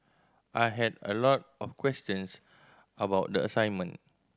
I had a lot of questions about the assignment